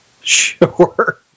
Sure